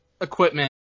equipment